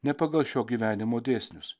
ne pagal šio gyvenimo dėsnius